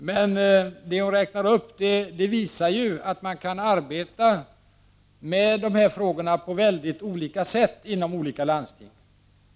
Men vad hon räknar upp visar ju att man kan arbeta med dessa frågor på mycket olika sätt inom olika landsting.